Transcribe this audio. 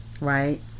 right